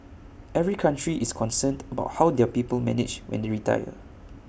every country is concerned about how their people manage when they retire